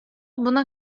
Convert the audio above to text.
buna